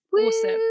awesome